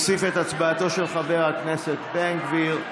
הצבעתו של חבר הכנסת בן גביר.